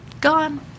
gone